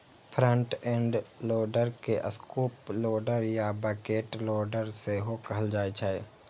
front end loader के scoop loader या bucket loader सेहो कहल जाइ छै